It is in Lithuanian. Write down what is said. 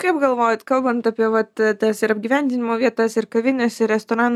kaip galvojat kalbant apie vat tas ir apgyvendinimo vietas ir kavines ir restoranus